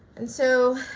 and so